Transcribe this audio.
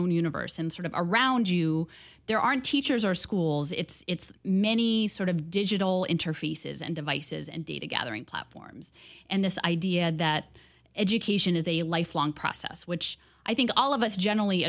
own universe and sort of around you there aren't teachers or schools it's many sort of digital interfaces and devices and data gathering platforms and this idea that education is a lifelong process which i think all of us generally